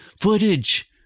footage